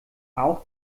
auch